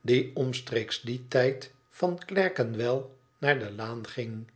die omstreek dien tijd van clerkenwell naar de laan ging